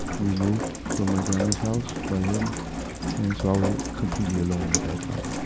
removed from my grandma's house by him. and so, i was completely alone at that time.